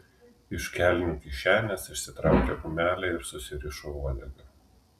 iš kelnių kišenės išsitraukė gumelę ir susirišo uodegą